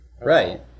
Right